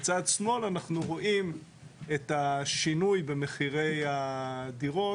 בצד שמאל אנחנו רואים את השינוי במחירי הדירות.